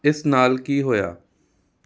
ਇਸ ਨਾਲ ਕੀ ਹੋਇਆ